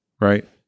right